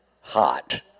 hot